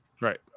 Right